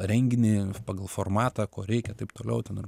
renginį pagal formatą ko reikia taip toliau ten ir